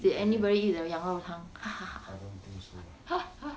did anybody eat the 羊肉汤